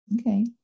Okay